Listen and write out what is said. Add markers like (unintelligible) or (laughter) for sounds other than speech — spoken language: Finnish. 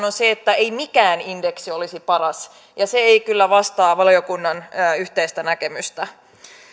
(unintelligible) on se että ei mikään indeksi olisi paras ja se ei kyllä vastaa valiokunnan yhteistä näkemystä